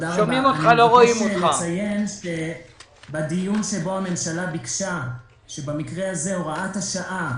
רציתי לציין שבדיון שבו הממשלה ביקשה שבמקרה הזה הוראת השעה